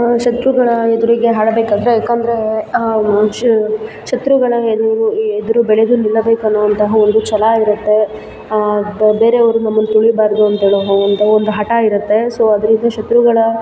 ಶತ್ರುಗಳ ಎದುರಿಗೆ ಹಾಡಬೇಕಂದರೆ ಏಕಂದರೆ ಶತ್ರುಗಳ ಎದುರು ಎದುರು ಬೆಳೆದು ನಿಲ್ಲಬೇಕನ್ನೋವಂತಹ ಒಂದು ಛಲ ಇರತ್ತೆ ಬೇರೆಯವರು ನಮ್ಮುನ್ನ ತುಳಿಬಾರದು ಅಂತೇಳೋವಂತಹ ಒಂದು ಹಠ ಇರತ್ತೆ ಸೊ ಅದೇ ರೀತಿ ಶತ್ರುಗಳ